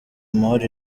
amahoro